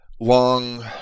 long